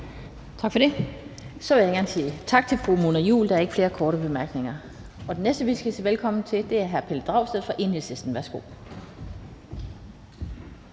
Tak for det. Så vil jeg gerne sige tak til fru Mona Juul, for der er ikke flere korte bemærkninger. Den næste, vi skal sige velkommen til, er hr. Pelle Dragsted fra Enhedslisten. Værsgo.